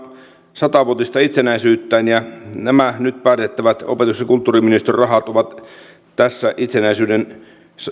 satavuotista itsenäisyyttään ja nämä nyt päätettävät opetus ja kulttuuriministeriön rahat ovat tässä itsenäisyyden